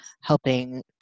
helping